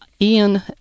Ian